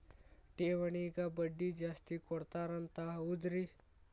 ಠೇವಣಿಗ ಬಡ್ಡಿ ಜಾಸ್ತಿ ಕೊಡ್ತಾರಂತ ಹೌದ್ರಿ?